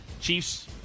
Chiefs